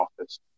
office